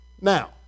now